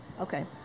okay